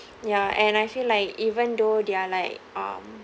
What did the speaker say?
ya and I feel like even though they're like uh